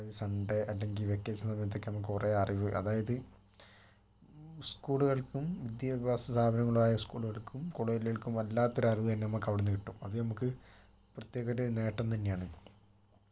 അതായത് സൺഡേ അല്ലെങ്കിൽ വെക്കേഷൻ സമയത്തൊക്കെ നമുക്ക് കുറേ അറിവ് അതായത് സ്ക്കൂളുകൾക്കും വിദ്യാഭ്യാസ സ്ഥാപനങ്ങളായ സ്ക്കൂളുക്കൾക്കും കോളേജുകൾക്കും വല്ലാത്തൊരറിവ് തന്നെ നമ്മൾക്ക് അവിടെ നിന്ന് കിട്ടും അത് നമ്മൾക്ക് പ്രത്യേകമൊരു നേട്ടം തന്നെയാണ്